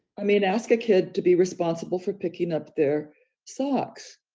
i mean, ask a kid to be responsible for picking up their socks,